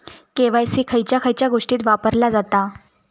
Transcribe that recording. KYC खयच्या खयच्या गोष्टीत वापरला जाता?